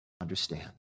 understand